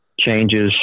changes